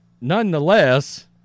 Nonetheless